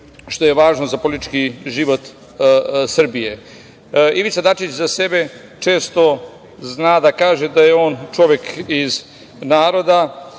što je važno za politički život Srbije. Ivica Dačić za sebe često zna da kaže da je on čovek iz naroda